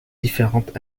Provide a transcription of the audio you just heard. différentes